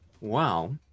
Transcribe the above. Wow